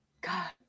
God